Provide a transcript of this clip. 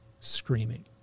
screaming